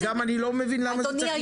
וגם אני לא מבין למה זה